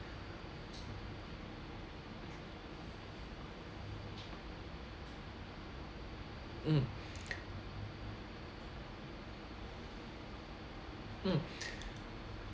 mm mm